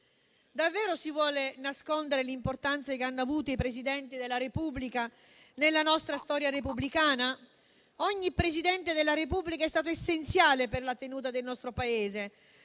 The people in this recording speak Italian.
Davvero si vuole nascondere l'importanza che hanno avuto i Presidenti della Repubblica nella nostra storia repubblicana? Ogni Presidente della Repubblica è stato essenziale per la tenuta del nostro Paese